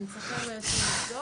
אתה רוצה להוסיף?